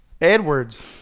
Edwards